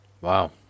Wow